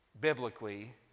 biblically